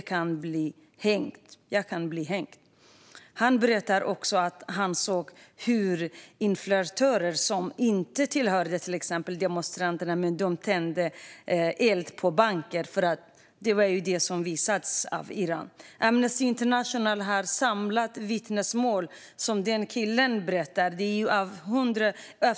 Jag kan bli hängd. Han berättar också att han såg hur infiltratörer som inte tillhörde demonstranterna tände eld på banker, något som visats av Iran. Amnesty International har samlat vittnesmål liknande det som killen berättar.